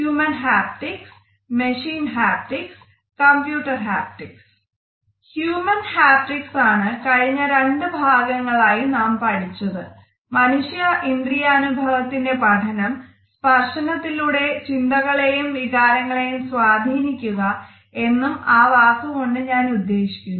human haptics ആണ് കഴിഞ്ഞ രണ്ട് ഭാഗങ്ങളായി നാം പഠിച്ചത് മനുഷ്യ ഇന്ദ്രിയാനുഭവത്തിന്റെ പഠനം സ്പർശനത്തിലൂടെ ചിന്തകളെയും വികാരങ്ങളെയും സ്വാധീനിക്കുക എന്നും അ വാക്ക് കൊണ്ട് ഞാൻ ഉദ്ദേശിക്കുന്നു